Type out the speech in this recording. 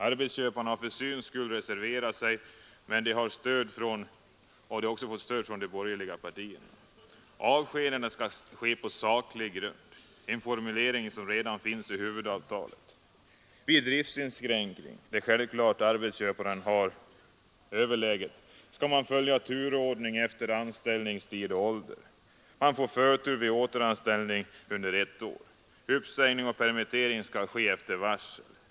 Arbetsköparna har för syns skull reserverat sig, men de har stöd från de borgerliga partierna. Avskedanden skall ske på saklig grund — en formulering som redan finns i huvudavtalet. Vid driftsinskränkning, där självklart arbetsköparen har överläget, skall man följa turordning efter anställningstid och ålder. Man får förtur vid återanställning under ett år. Uppsägning och permittering skall ske efter varsel.